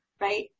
right